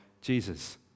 Jesus